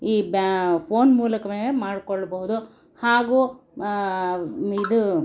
ಈ ಬ್ಯಾ ಫೋನ್ ಮೂಲಕವೇ ಮಾಡಿಕೊಳ್ಳಬಹುದು ಹಾಗೂ ಇದು